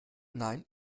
nein